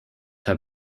have